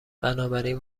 بنابراین